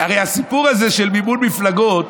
הרי הסיפור הזה של מימון מפלגות,